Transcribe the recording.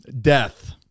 Death